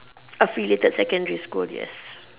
affiliated secondary school yes